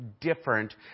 different